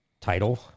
title